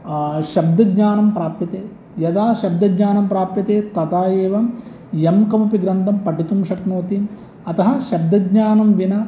शब्दज्ञानं प्राप्यते यदा शब्दज्ञानं प्राप्यते तदा एवं यं कमपि ग्रन्थं पठितुं शक्नोति अतः शब्दज्ञानं विना